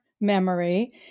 memory